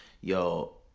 Yo